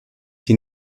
sie